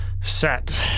Set